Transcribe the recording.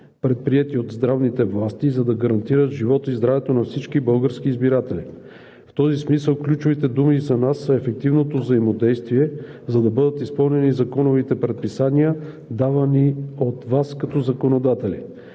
предприети от здравните власти, за да гарантират живота и здравето на всички български избиратели. В този смисъл ключовите думи за нас са ефективното взаимодействие, за да бъдат изпълнени законовите предписания, давани от Вас като законодатели.